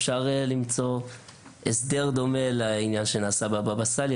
אפשר למצוא הסדר דומה למה שנעשה בעניין ההילולה לבבא-סאלי,